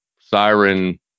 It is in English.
siren